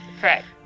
Correct